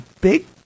big